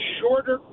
shorter